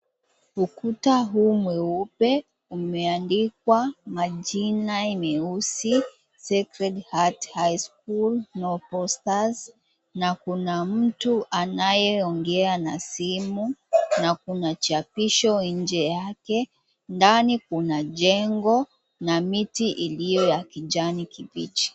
Ukuta huu mweupe umeandikwa majina meusi Sacred Heart High School, No Posters. Na kuna mtu anayeongea na simu, na kuna chapisho nje yake. Ndani kuna jengo na miti iliyo ya kijani kibichi.